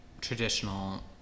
traditional